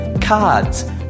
cards